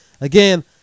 Again